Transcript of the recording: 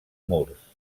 murs